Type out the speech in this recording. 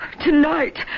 tonight